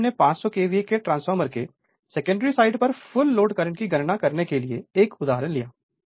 अभी हमने 500 केवीए के ट्रांसफॉर्मर के सेकेंडरी साइड पर फुल लोड करंट की गणना करने के लिए 1 उदाहरण लिया